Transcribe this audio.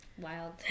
Wild